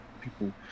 people